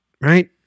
right